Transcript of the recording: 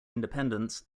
independence